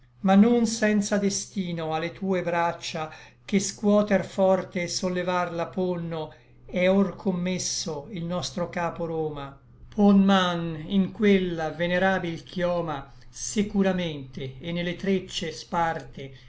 ma non senza destino a le tue braccia che scuoter forte et sollevarla ponno è or commesso il nostro capo roma pon man in quella venerabil chioma securamente et ne le treccie sparte